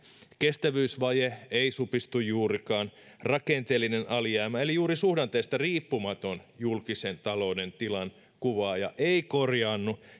kestävyysvaje ei supistu juurikaan rakenteellinen alijäämä eli juuri suhdanteista riippumaton julkisen talouden tilan kuvaaja ei korjaannu